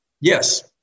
Yes